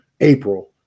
April